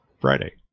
Friday